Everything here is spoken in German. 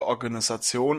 organisation